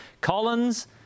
Collins